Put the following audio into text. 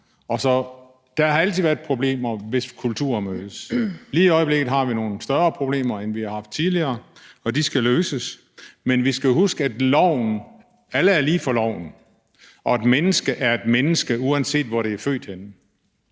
skrap. Der har altid været problemer, hvis kulturer mødes. Lige i øjeblikket har vi nogle større problemer, end vi har haft tidligere, og de skal løses, men vi skal huske, at alle er lige for loven, og at et menneske er et menneske, uanset hvor det er født henne.